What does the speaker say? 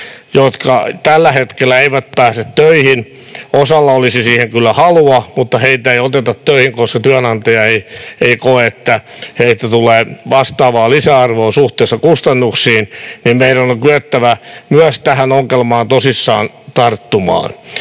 jotka tällä hetkellä eivät pääse töihin — osalla olisi siihen kyllä halua, mutta heitä ei oteta töihin, koska työnantaja ei koe, että heistä tulee vastaavaa lisäarvoa suhteessa kustannuksiin — meidän on kyettävä myös tähän ongelmaan tosissaan tarttumaan.